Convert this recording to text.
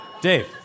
Dave